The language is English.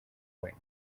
going